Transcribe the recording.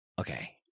Okay